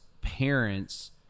parents